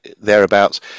thereabouts